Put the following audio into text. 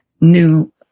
new